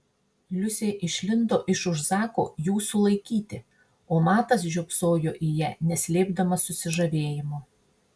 liusė išlindo iš už zako jų sulaikyti o matas žiopsojo į ją neslėpdamas susižavėjimo